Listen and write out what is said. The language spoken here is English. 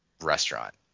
restaurant